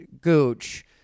Gooch